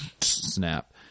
Snap